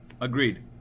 Agreed